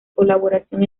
colaboración